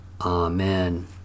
Amen